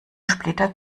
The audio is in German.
splitter